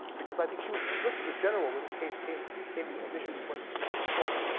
because i think she was a solicitor general when this case came came initially before the before the court.